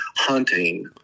Hunting